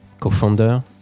co-founder